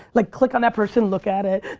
like click on that person, look at it.